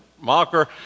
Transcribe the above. mocker